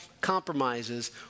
compromises